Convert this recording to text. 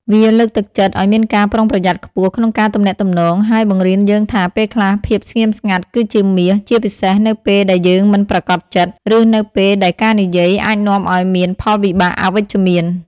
វាលើកទឹកចិត្តឱ្យមានការប្រុងប្រយ័ត្នខ្ពស់ក្នុងការទំនាក់ទំនង ហើយបង្រៀនយើងថា ពេលខ្លះភាពស្ងៀមស្ងាត់គឺជាមាស ជាពិសេសនៅពេលដែលយើងមិនប្រាកដចិត្ត ឬនៅពេលដែលការនិយាយអាចនាំឱ្យមានផលវិបាកអវិជ្ជមាន។